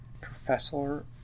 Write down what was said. Professor